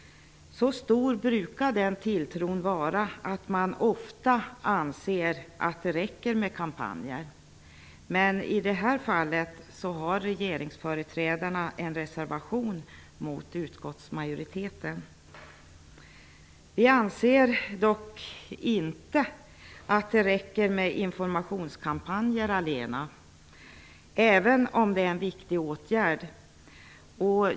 Så stor brukar den tilltron vara att man ofta anser att det räcker med kampanjer. I detta fall har regeringsföreträdarna en reservation mot utskottsmajoritetens förslag. Vi anser dock inte att det räcker med informationskampanjer, även om det är en viktig åtgärd.